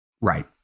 Right